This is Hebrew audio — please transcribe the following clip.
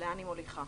לאן היא מוליכה.